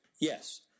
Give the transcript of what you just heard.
Yes